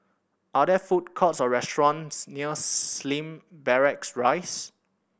are there food courts or restaurants near Slim Barracks Rise